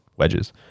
wedges